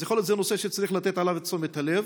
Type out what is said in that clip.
אז יכול להיות זה נושא שצריך לתת לוו את תשומת הלב.